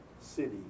city